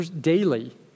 daily